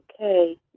Okay